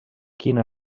quina